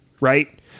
right